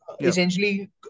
essentially